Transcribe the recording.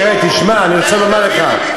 תשמע, אני רוצה לומר לך,